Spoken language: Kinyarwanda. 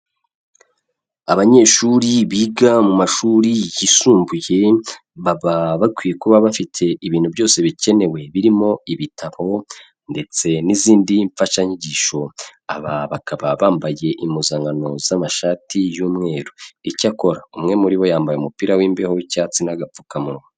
Abanyeshuri biga mu mashuri yisumbuye baba bakwiye kuba bafite ibintu byose bikenewe birimo ibitabo ndetse n'izindi mfashanyigisho, aba bakaba bambaye impuzankano z'amashati y'umweru, icyakora umwe muri bo yambaye umupira w'imbeho'icyatsi n'agapfukamunwa.